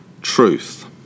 Truth